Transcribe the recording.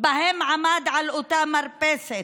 שבהן עמד על אותה מרפסת.